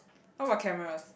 what about cameras